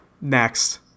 Next